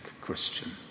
Christian